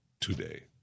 Today